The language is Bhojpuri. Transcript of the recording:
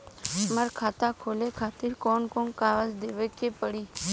हमार खाता खोले खातिर कौन कौन कागज देवे के पड़ी?